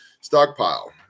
stockpile